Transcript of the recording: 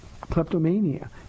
kleptomania